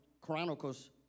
Chronicles